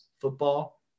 Football